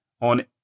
on